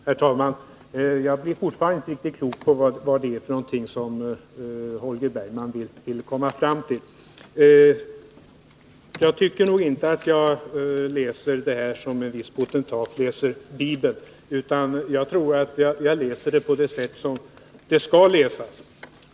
Herr talman! Jag har fortfarande inte blivit riktigt klok på vad det är Holger Bergman vill komma fram till. Jag tycker inte att jag läser detta betänkande som en viss potentat läser Bibeln, utan jag tror att jag läser det på det sätt som det skall läsas.